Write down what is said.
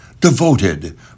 devoted